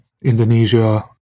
Indonesia